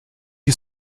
you